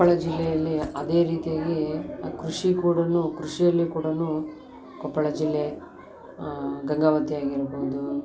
ಕೊಪ್ಪಳ ಜಿಲ್ಲೆಯಲ್ಲಿ ಅದೇ ರೀತಿಯಾಗಿ ಕೃಷಿ ಕೂಡನೂ ಕೃಷಿಯಲ್ಲಿ ಕೂಡ ಕೊಪ್ಪಳ ಜಿಲ್ಲೆ ಗಂಗಾವತಿ ಆಗಿರ್ಬೋದು